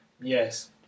Yes